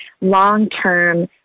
long-term